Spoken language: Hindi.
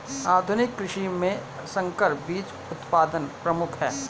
आधुनिक कृषि में संकर बीज उत्पादन प्रमुख है